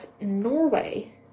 Norway